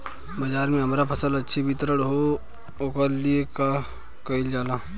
बाजार में हमार फसल अच्छा वितरण हो ओकर लिए का कइलजाला?